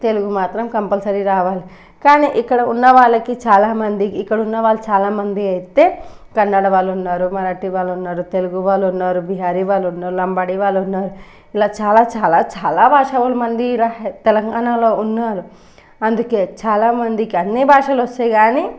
తెలుగు మాత్రం కంపల్సరీ రావాలి కానీ ఇక్కడ ఉన్న వాళ్ళకి చాలామందికి ఇక్కడ ఉన్న వాళ్ళు చాలామంది అయితే కన్నడ వాళ్ళు ఉన్నారు మరాఠీ వాళ్ళు ఉన్నారు తెలుగు వాళ్ళు ఉన్నారు బీహరీ వాళ్ళున్నారు లంబాడీ వాళ్ళు ఉన్నారు ఇలా చాలా చాలా భాషలమంది తెలంగాణలో ఉన్నారు అందుకే చాలామందికి అన్ని భాషలు వస్తాయి కానీ